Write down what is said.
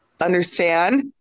understand